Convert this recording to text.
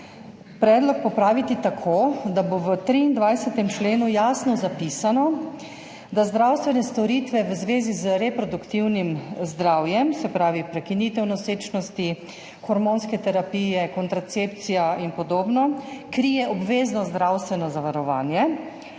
predlog popraviti tako, da bo v 23. členu jasno zapisano, da zdravstvene storitve v zvezi z reproduktivnim zdravjem, se pravi prekinitev nosečnosti, hormonske terapije, kontracepcija in podobno, krije obvezno zdravstveno zavarovanje